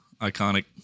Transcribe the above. iconic